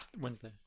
Wednesday